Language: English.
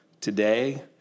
today